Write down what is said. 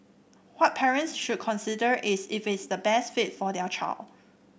what parents should consider is if it is the best fit for their child